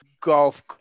golf